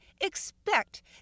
expect